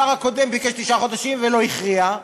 השר הקודם ביקש תשעה חודשים ולא הכריע,